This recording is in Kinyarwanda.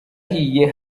zahiye